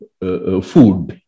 food